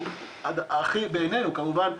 הוא הכי בעיננו כמובן,